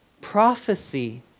prophecy